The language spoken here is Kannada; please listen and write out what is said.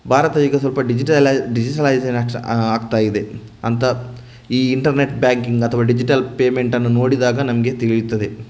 ಭಾರತ ಈಗ ಸ್ವಲ್ಪ ಡಿಜಿಟಲೈ ಡಿಜಿಟಲೈಷನ್ ಆಗ್ತಾ ಇದೆ ಅಂತ ಈ ಇಂಟರ್ನೆಟ್ ಬ್ಯಾಂಕಿಂಗ್ ಅಥವಾ ಡಿಜಿಟಲ್ ಪೇಮೆಂಟನ್ನು ನೋಡಿದಾಗ ನಮಗೆ ತಿಳಿಯುತ್ತದೆ